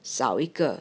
少一个